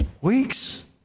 weeks